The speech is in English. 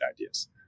ideas